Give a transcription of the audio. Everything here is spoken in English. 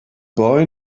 boy